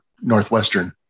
Northwestern